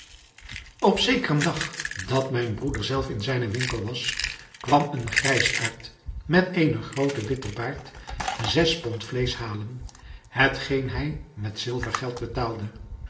op zekeren dag dat mijn broeder zelf in zijnen winkel was kwam een grijsaard met eenen grooten witten baard zes pond vleesch halen hetgeen hij met zilvergeld betaalde